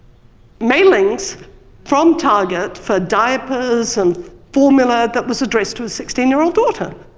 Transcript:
mailings from target for diapers and formula that was addressed to his sixteen year old daughter.